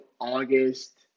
August